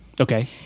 Okay